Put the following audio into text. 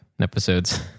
episodes